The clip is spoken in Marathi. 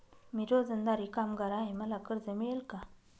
मी रोजंदारी कामगार आहे मला कर्ज मिळेल का?